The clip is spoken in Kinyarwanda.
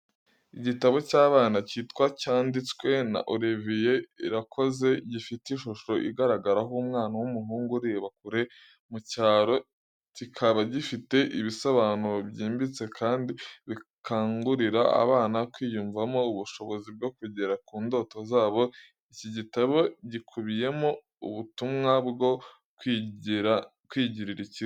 Igitabo cy’abana cyitwa cyanditswe na Oliver Irakoze, gifite ishusho igaragaraho umwana w’umuhungu ureba kure mu cyaro, kikaba gifite ibisobanuro byimbitse kandi bikangurira abana kwiyumvamo ubushobozi bwo kugera ku ndoto zabo. Iki gitabo gikubiyemo ubutumwa bwo kwigirira icyizere.